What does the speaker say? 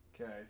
Okay